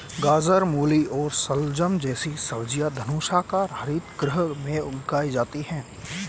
गाजर, मूली और शलजम जैसी सब्जियां धनुषाकार हरित गृह में उगाई जाती हैं